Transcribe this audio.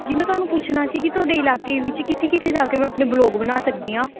ਜੀ ਮੈਂ ਤੁਹਾਨੂੰ ਪੁੱਛਣਾ ਸੀ ਕਿ ਤੁਹਾਡੇ ਇਲਾਕੇ ਵਿੱਚ ਕਿੱਥੇ ਕਿੱਥੇ ਜਾ ਕੇ ਮੈਂ ਆਪਣੇ ਵਲੋਗ ਬਣਾ ਸਕਦੀ ਹਾਂ